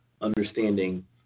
understanding